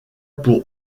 pour